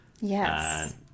Yes